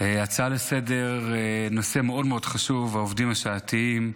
הצעה לסדר בנושא מאוד מאוד חשוב, העובדים השעתיים.